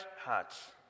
hearts